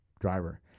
driver